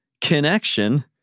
connection